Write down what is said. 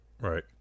Right